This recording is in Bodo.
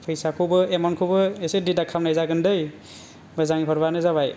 फैसाखौबो एमाउन्टखौबो इसे डिडाक्ट खामनाय जागोन दै मोजाङै हरबानो जाबाय